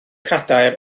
cadair